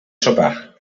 sopar